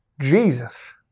Jesus